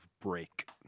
break